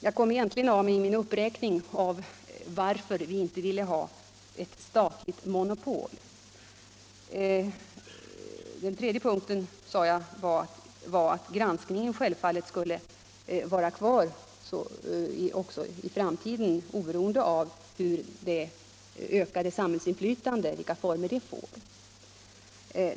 Jag kom egentligen av mig i min uppräkning av anledningarna till att vi inte ville ha ett statligt monopol. Den tredje punkten sade jag gällde att granskningen självfallet skulle vara kvar i framtiden oberoende av vilka former det ökade samhällsinflytandet får.